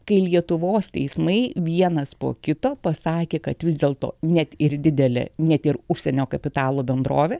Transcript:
kai lietuvos teismai vienas po kito pasakė kad vis dėl to net ir didelė net ir užsienio kapitalo bendrovė